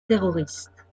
terroristes